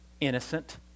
innocent